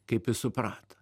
kaip jis suprato